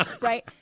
Right